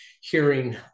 hearing